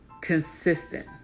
consistent